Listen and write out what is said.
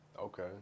Okay